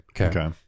Okay